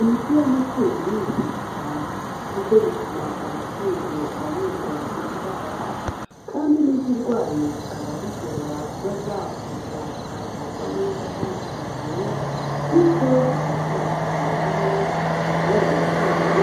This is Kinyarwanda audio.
Imiti y'amatungo ni ingenzi cyane kuko bituma amatungo arindwa indwara kandi n'izirwaye zikaba zishobora kuba zavurwa, zikavurwa neza kandi ku gihe bityo zigakira zikamera neza. Muri ayo matungo